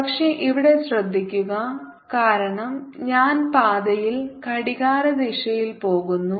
പക്ഷേ ഇവിടെ ശ്രദ്ധിക്കുക കാരണം ഞാൻ പാതയിൽ ഘടികാരദിശയിൽ പോകുന്നു